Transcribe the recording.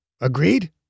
Agreed